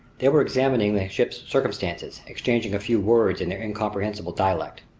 they were examining the ship's circumstances, exchanging a few words in their incomprehensible dialect.